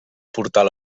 portal